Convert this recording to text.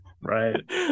right